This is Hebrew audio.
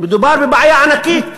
מדובר בבעיה ענקית.